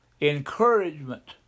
encouragement